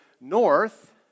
north